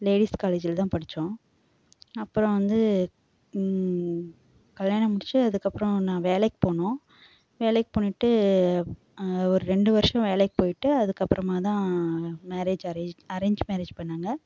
ladies காலேஜில் தான் படித்தோம் அப்பறம் வந்து கல்யாணம் முடிச்சு அதுக்குப்பறம் நான் வேலைக்கு போனோன் வேலைக்கு போயிட்டு ஒரு ரெண்டு வருடம் வேலைக்கு போயிட்டு அதுக்கப்புறமா தான் மேரேஜ் அரேஞ் அரேஞ் மேரேஜ் பண்ணுணாங்க